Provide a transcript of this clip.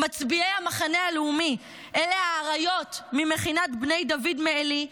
מצביעי המחנה הלאומי אלה האריות ממכינת בני דוד מעלי,